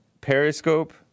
Periscope